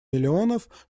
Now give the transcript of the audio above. миллионов